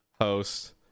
host